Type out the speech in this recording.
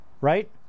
right